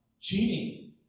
cheating